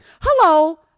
Hello